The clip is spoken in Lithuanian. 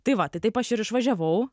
tai va tai taip aš ir išvažiavau